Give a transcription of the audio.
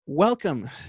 Welcome